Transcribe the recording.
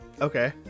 Okay